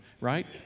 right